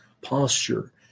posture